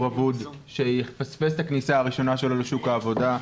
אבוד שיפספס את הכניסה הראשונה שלו לשוק העבודה.